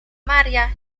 maria